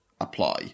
apply